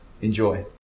Enjoy